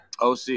OC